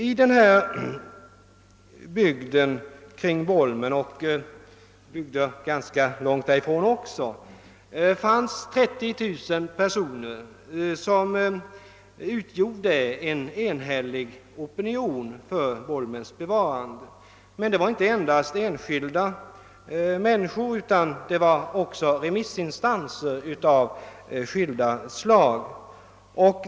Opinionen bland de 30 000 människor som bor i bygderna kring Bolmen var enhällig för Bolmens bevarande. Den opinionen delades av remissinstanser sjövatten från en region till en annan av skilda slag.